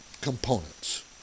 components